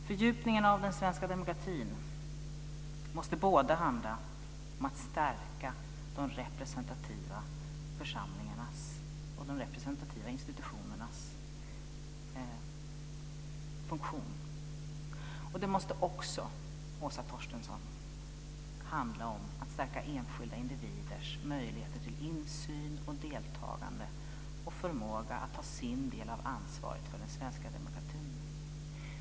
Fördjupningen av den svenska demokratin måste handla om att stärka de representativa församlingarnas och institutionernas funktion. Det måste, Åsa Torstensson, också handla om att stärka enskilda individers möjligheter till insyn och deltagande och förmåga att ta sin del av ansvaret för den svenska demokratin.